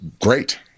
great